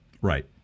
Right